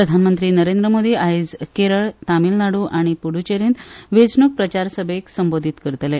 प्रधानमंत्री नरेंद्र मोदी आयज केरळ तामीळनाडु आनी पुड्डचेरीत वेचणूक प्रचार सभेक संबोधित करतले